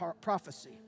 prophecy